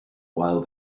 while